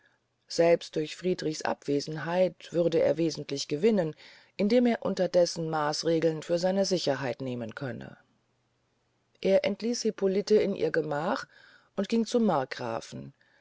selbst durch friedrichs abwesenheit würde er wesentlich gewinnen indem er unterdessen maasregeln für seine sicherheit nehmen könne er entließ hippoliten in ihr gemach und ging zum markgrafen